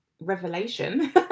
revelation